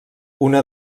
una